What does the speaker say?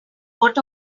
what